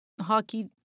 Hockey